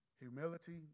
Humility